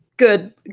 Good